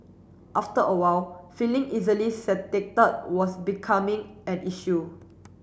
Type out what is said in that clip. after a while feeling easily satiated was becoming an issue